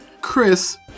Chris